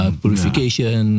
purification